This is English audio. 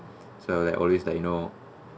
so I was like always like you know